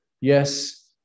Yes